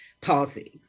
policy